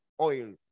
oil